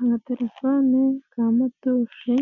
Amatelefone ya motushi,